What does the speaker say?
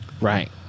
Right